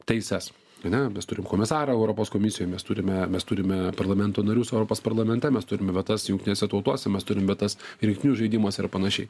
teises ane mes turim komisarą europos komisijoj mes turime mes turime parlamento narius europos parlamente mes turime vietas jungtinėse tautose mes turim vietas rinktinių žaidimuose ir panašiai